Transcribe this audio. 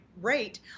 rate